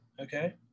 Okay